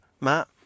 Matt